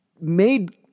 made